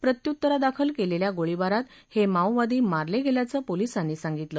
प्रत्युत्तरादाखल केलेल्या गोळीबारात हे माओवादी मारले गेल्याचं पोलिसांनी सांगितलं